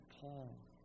Paul